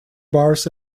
bars